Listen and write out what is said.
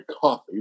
coffee